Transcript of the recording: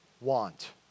want